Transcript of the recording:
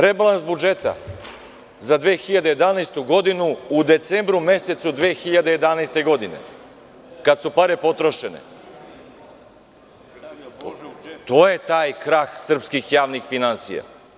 Rebalans budžeta za 2011. godinu u decembru mesecu 2011. godine, kada su pare potrošene, to je taj krah srpskih javnih finansija.